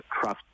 trust